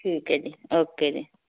ਠੀਕ ਹੈ ਜੀ ਓਕੇ ਜੀ